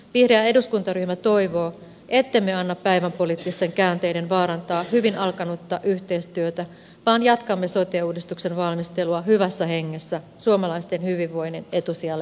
vihreä eduskuntaryhmä toivoo ettemme anna päivänpoliittisten käänteiden vaarantaa hyvin alkanutta yhteistyötä vaan jatkamme sote uudistuksen valmistelua hyvässä hengessä suomalaisten hyvinvoinnin etusijalle asettaen